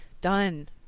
done